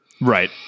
Right